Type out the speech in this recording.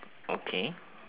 okay